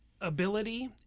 ability